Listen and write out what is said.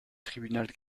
tribunal